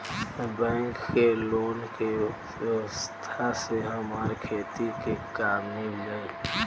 bank के loan के व्यवस्था से हमार खेती के काम नीभ जाई